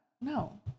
No